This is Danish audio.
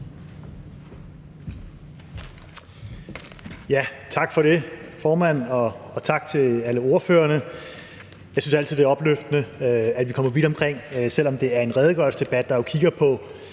Tak for det, formand, og tak til alle ordførerne. Jeg synes altid, det er opløftende, at vi kommer vidt omkring. Selv om det jo er en redegørelsesdebat, der kigger på